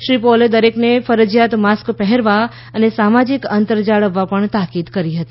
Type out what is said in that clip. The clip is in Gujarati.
શ્રી પૌલે દરેકને માસ્ક પહેરવા અને સામાજિક અંતર જાળવવા તાકીદ કરી હતી